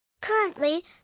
Currently